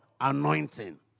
anointing